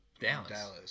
Dallas